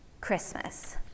Christmas